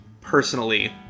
personally